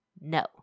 no